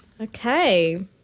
Okay